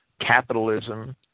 Capitalism